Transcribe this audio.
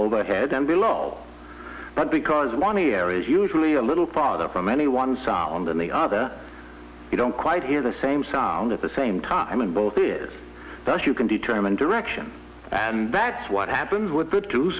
the head and below but because one ear is usually a little farther from any one sound than the other you don't quite hear the same sound at the same time in both ears that you can determine direction and that's what happens with the two